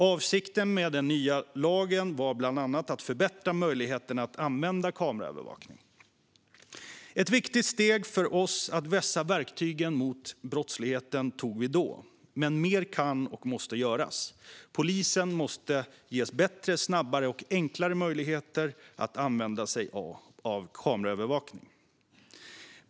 Avsikten med den nya lagen var bland annat att förbättra möjligheten att använda kameraövervakning. Ett viktigt steg för oss att vässa verktygen mot brottsligheten tog vi då, men mer kan och måste göras. Polisen måste ges bättre, snabbare och enklare möjligheter att använda sig av kameraövervakning.